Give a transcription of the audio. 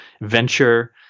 venture